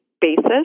basis